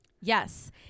Yes